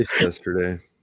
yesterday